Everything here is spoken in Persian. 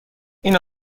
این